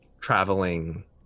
traveling